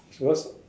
which was